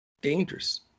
dangerous